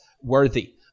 worthy